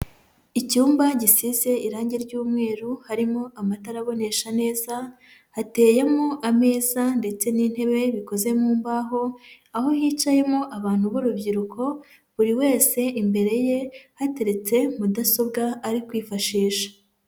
Icyumba gisize irangi ry'umweru, harimo amatara abonesha neza, hateyemo ameza ndetse n'intebe bikoze mu mbaho, aho hicayemo abantu b'urubyiruko, buri wese imbere ye hateretse mudasobwa ari kwifashisha.